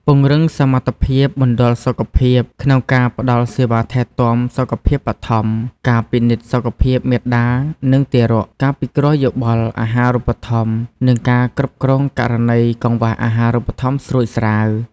ពង្រឹងសមត្ថភាពមណ្ឌលសុខភាពក្នុងការផ្តល់សេវាថែទាំសុខភាពបឋម ការពិនិត្យសុខភាពមាតា និងទារក ការពិគ្រោះយោបល់អាហារូបត្ថម្ភ និងការគ្រប់គ្រងករណីកង្វះអាហារូបត្ថម្ភស្រួចស្រាវ។